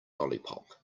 lollipop